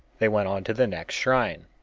they went on to the next shrine.